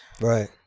Right